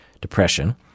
depression